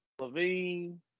Levine